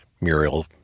Muriel